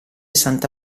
santa